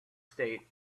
state